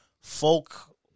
folk